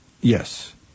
Yes